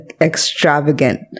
extravagant